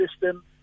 system